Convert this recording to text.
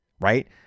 right